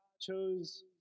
chose